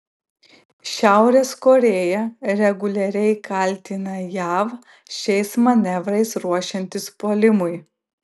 šiaurės korėja reguliariai kaltina jav šiais manevrais ruošiantis puolimui